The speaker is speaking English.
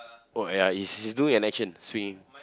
oh ya he's he's doing an action swinging